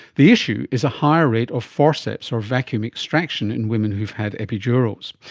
the issue is a higher rate of forceps or vacuum extraction in women who have had epidurals.